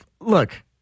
Look